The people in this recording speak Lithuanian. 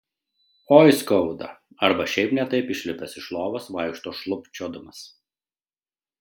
oi skauda arba šiaip ne taip išlipęs iš lovos vaikšto šlubčiodamas